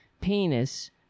penis